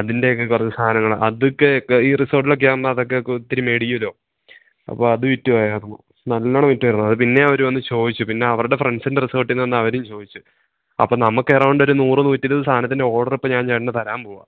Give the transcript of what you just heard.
അതിൻ്റെയൊക്കെ കുറച്ച് സാധനങ്ങൾ അതൊക്കെ ഈ റിസോർട്ടിലോക്കെയാകുമ്പോള് അതൊക്കെ ഒത്തരി മേടിക്കുമല്ലോ അപ്പോള് അത് വിറ്റുപോയായിരുന്നു നല്ലവണ്ണം വിറ്റുപോയായിരുന്നു അത് പിന്നെയും അവര് വന്ന് ചോദിച്ചു പിന്നെ അവരുടെ ഫ്രണ്ട്സിൻ്റെ റിസോർട്ടിൽ നിന്ന് വന്ന് അവരും ചോദിച്ചു അപ്പോള് നമുക്ക് എറൌണ്ട് ഒരു നൂറ് നൂറ്റിരുപത് സാധനത്തിൻ്റെ ഓർഡര് ഇപ്പോള് ഞാൻ ചേട്ടന് തരാൻ പോകുകയാണ്